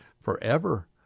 forever